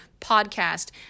Podcast